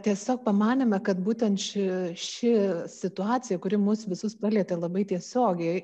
tiesiog pamanėme kad būtent ši ši situacija kuri mus visus palietė labai tiesiogiai